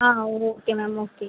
ah okay ma'am okay